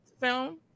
film